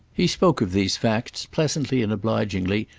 he spoke of these facts, pleasantly and obligingly,